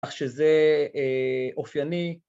‫כך שזה אופייני